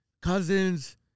Cousins